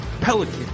Pelican